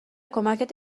کمکت